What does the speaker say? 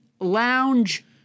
lounge